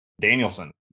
Danielson